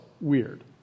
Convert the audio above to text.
weird